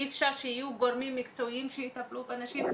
אי אפשר שיהיו גורמים מקצועיים שיטפלו בנשים,